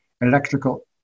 electrical